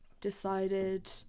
decided